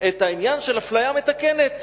את העניין של אפליה מתקנת,